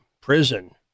Prison